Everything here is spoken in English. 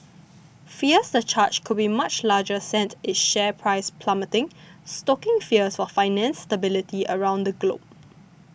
fears the charge could be much larger sent its share price plummeting stoking fears for finance stability around the globe